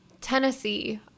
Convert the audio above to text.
Tennessee